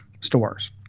stores